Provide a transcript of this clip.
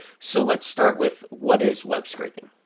so let's start with what is web scraping.